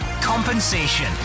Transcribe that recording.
Compensation